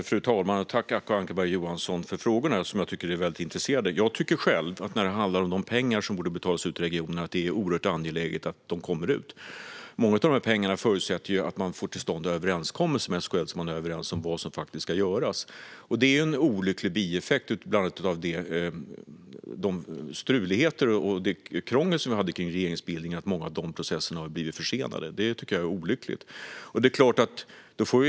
Fru talman! Tack, Acko Ankarberg Johansson, för frågorna, som jag tycker är väldigt intressanta! Jag tycker själv att det är oerhört angeläget att de pengar som borde ha betalats ut till regionerna betalas ut. Mycket av de här pengarna förutsätter ju att man får till stånd överenskommelser med SKL om vad som faktiskt ska göras. Det är en bieffekt av bland annat de struligheter och det krångel som vi hade kring regeringsbildningen att många processer har blivit försenade, vilket jag tycker är olyckligt.